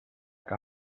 que